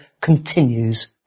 continues